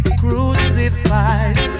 crucified